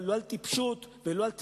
אבל לא על טיפשות ולא על תמימות,